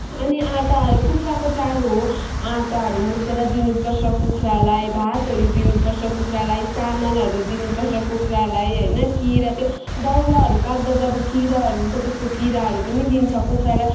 अनि आँटाहरू कुखुराको चारो हो आँटाहरू मुसेर दिनुपर्छ कुखुरालाई भातहरू दिनुपर्छ कुखुरालाई चामलहरू दिनुपर्छ कुखुरालाई होइन किरा त्यो दाउराहरू काट्दा जब किराहरू हुन्छ त्यस्तो किराहरू पनि दिन्छ कुखुरालाई